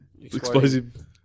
Explosive